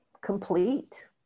complete